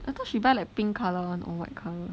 I thought she buy like pink colour [one] or white colour